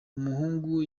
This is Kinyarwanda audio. umuhungu